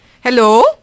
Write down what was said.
Hello